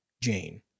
Jane